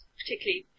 particularly